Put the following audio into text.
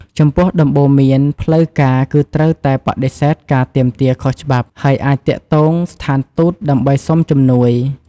ចំពោះ ដំបូន្មានផ្លូវការគឺត្រូវតែបដិសេធការទាមទារខុសច្បាប់ ហើយអាចទាក់ទងស្ថានទូតដើម្បីសុំជំនួយ។